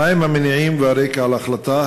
1. מה הם המניעים והרקע להחלטה?